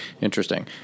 interesting